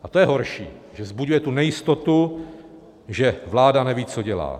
A to je horší, že vzbuzuje tu nejistotu, že vláda neví, co dělá.